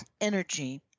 energy